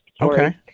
Okay